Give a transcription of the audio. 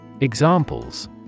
Examples